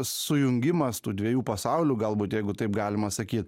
sujungimas tų dviejų pasaulių galbūt jeigu taip galima sakyt